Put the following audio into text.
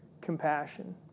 compassion